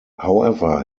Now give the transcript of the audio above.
however